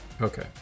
Okay